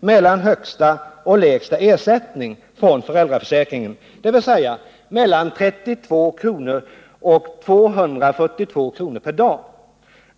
mellan högsta och lägsta ersättning från föräldraförsäkringen, dvs. mellan 32 och 242 kr. per dag.